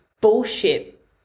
bullshit